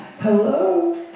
hello